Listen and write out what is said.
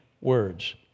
words